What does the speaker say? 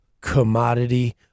commodity